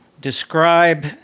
describe